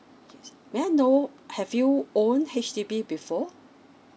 yes may I know have you own H_D_B before